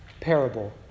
parable